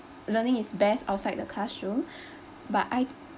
learning is best outside the classroom but I